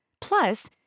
Plus